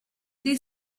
they